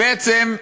בעצם,